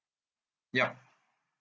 ya